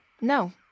No